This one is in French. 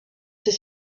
ces